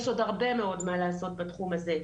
יש עוד הרבה מאוד מה לעשות בתחום הזה.